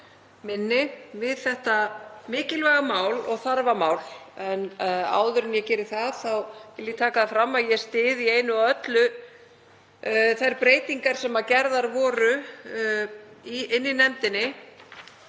minni við þetta mikilvæga og þarfa mál. En áður en ég geri það vil ég taka fram að ég styð í einu og öllu þær breytingar sem gerðar voru í nefndinni